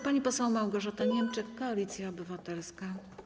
Pani poseł Małgorzata Niemczyk, Koalicja Obywatelska.